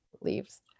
leaves